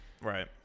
Right